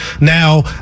Now